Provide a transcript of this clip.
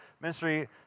ministry